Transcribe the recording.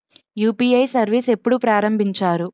UPI service ఎప్పుడు ప్రారంభించారు?